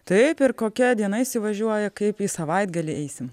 taip ir kokia diena įsivažiuoja kaip į savaitgalį eisim